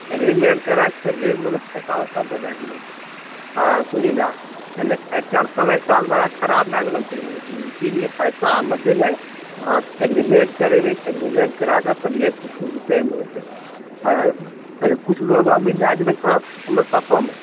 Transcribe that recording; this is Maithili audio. अग्रीमेंट करा कऽ तभिए मने पैसा उसा देबै हँ सुनीला नहि तऽ आइकाल्हि समय साल बड़ा खराब भए गेलो छै इसीलिए पैसा हमऽ देबै हँ अग्रीमेंट करेबै अग्रीमेंट करा कऽ तभिए किछु हेतै अच्छा किछु लोग आर भी लए जेबै साथोमे